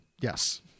yes